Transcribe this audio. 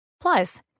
Plus